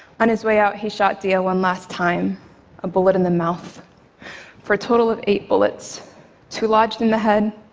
on his way out, he shot deah one last time a bullet in the mouth for a total of eight bullets two lodged in the head,